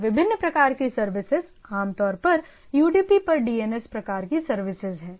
और विभिन्न प्रकार की सर्विसेज आमतौर पर यूडीपी पर डीएनएस प्रकार की सर्विसेज हैं